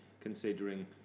considering